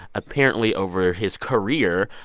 apparently, over his career,